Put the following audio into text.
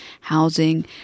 housing